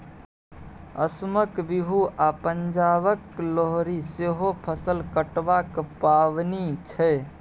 असमक बिहू आ पंजाबक लोहरी सेहो फसल कटबाक पाबनि छै